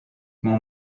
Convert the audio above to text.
mon